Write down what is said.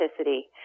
authenticity